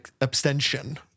abstention